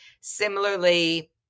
Similarly